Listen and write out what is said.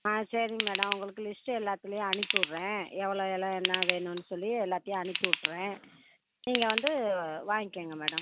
ஆ சரிங்க மேடம் உங்களுக்கு லிஸ்ட்டு எல்லாத்திலையும் அனுப்பி விடுறேன் எவ்வளோ எல்லாம் என்ன வேணும்னு சொல்லி எல்லாத்தையும் அனுப்பி விட்டுறேன் நீங்கள் வந்து வாங்கிக்கோங்க மேடம்